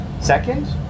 Second